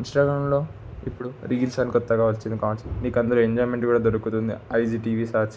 ఇంస్టాగ్రామ్లో ఇప్పుడు రీల్స్ అని క్రొత్తగా వచ్చింది కాన్సెప్ట్ నీకు అందులో ఎంజాయ్మెంట్ కూడా దొరుకుతుంది ఐజిటివి సెర్చ్